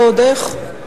ועוד איך.